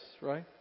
right